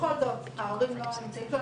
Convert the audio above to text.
ובכל זאת ההורים לא נמצאים פה.